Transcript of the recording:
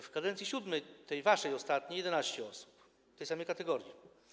W kadencji VII, tej waszej ostatniej - 11 osób, w tej samej kategorii.